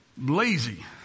lazy